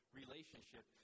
relationship